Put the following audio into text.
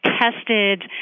tested